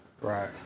right